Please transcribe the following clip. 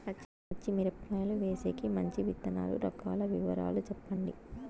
పచ్చి మిరపకాయలు వేసేకి మంచి విత్తనాలు రకాల వివరాలు చెప్పండి?